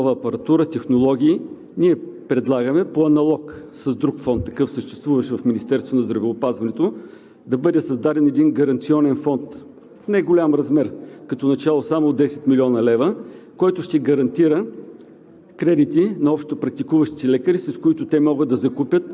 Те изпитват съществени затруднения по внедряването на нова апаратура, технологии. Ние предлагаме – по аналог с друг такъв съществуващ фонд в Министерството на здравеопазването, да бъде създаден един гаранционен фонд в неголям размер, като начало само от 10 млн. лв., който ще гарантира